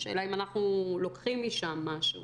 השאלה אם אנחנו לוקחים משם משהו.